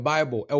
Bible